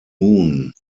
moon